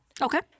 Okay